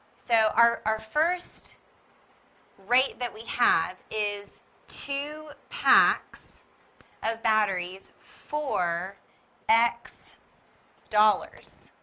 so our our first rate that we have is two packs of batteries for x dollars.